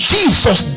Jesus